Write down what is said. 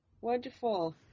Wonderful